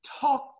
talk